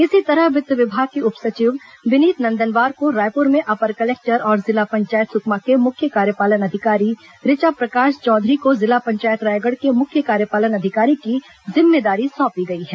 इसी तरह वित्त विभाग के उप सचिव विनीत नंदनवार को रायपुर में अपर कलेक्टर और जिला पंचायत सुकमा के मुख्य कार्यपालन अधिकारी ऋचा प्रकाश चौधरी को जिला पंचायत रायगढ़ के मुख्य कार्यपालन अधिकारी की जिम्मेदारी सौंपी गई है